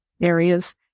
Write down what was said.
areas